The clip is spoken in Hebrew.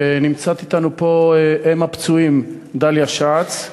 ונמצאת אתנו פה אם הפצועים דליה שץ,